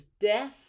death